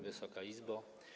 Wysoka Izbo!